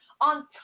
on